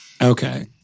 Okay